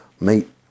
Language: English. Meet